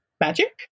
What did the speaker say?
magic